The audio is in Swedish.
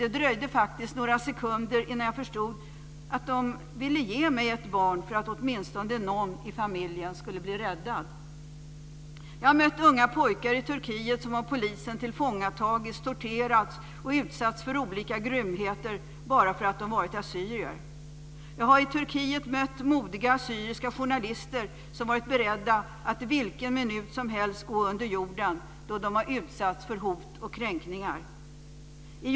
Det dröjde faktiskt några sekunder innan jag förstod att man ville ge mig ett barn för att åtminstone någon i familjen skulle bli räddad. Jag har mött unga pojkar i Turkiet som av polisen tillfångatagits, torterats och utsatts för olika grymheter bara för att de varit assyrier. Jag har i Turkiet mött modiga assyriska journalister som varit beredda att vilken minut som helst gå under jorden, då de har utsatts för hot och kränkningar.